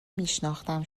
میشناختم